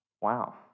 Wow